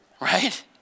Right